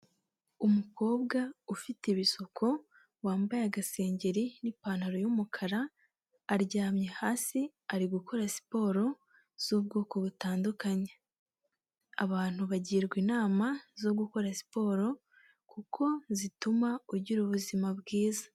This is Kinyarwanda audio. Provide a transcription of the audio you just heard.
Umukobwa ufite ibisuko, wambaye agasengeri n'ipantaro y'umukara, aryamye hasi ari gukora siporo z'ubwoko butandukanye, abantu bagirwa inama zo gukora siporo kuko zituma ugira ubuzima bwiza.